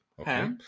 Okay